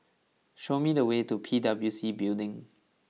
show me the way to P W C Building